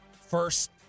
First